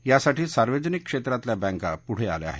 यासाठी सार्वजनिक क्षेत्रातल्या बँका पुढं आल्या आहेत